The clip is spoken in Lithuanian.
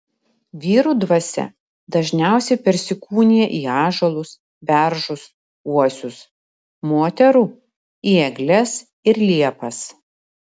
vyrų dvasia dažniausiai persikūnija į ąžuolus beržus uosius moterų į egles ir liepas